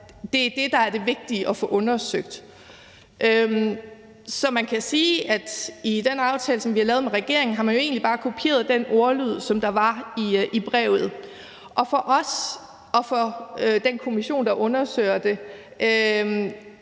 det er det, der er det vigtige at få undersøgt. Så man kan sige, at man i den aftale, som vi har lavet med regeringen, jo egentlig bare har kopieret den ordlyd, som der var i brevet. For os og for den kommission, der undersøger det,